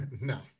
No